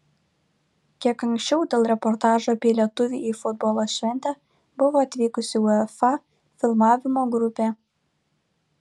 kiek anksčiau dėl reportažo apie lietuvį į futbolo šventę buvo atvykusi uefa filmavimo grupė